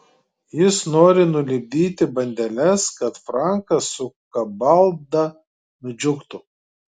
jis nori nulipdyti bandeles kad frankas su kabalda nudžiugtų